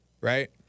right